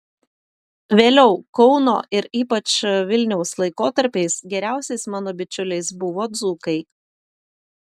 vėliau kauno ir ypač vilniaus laikotarpiais geriausiais mano bičiuliais buvo dzūkai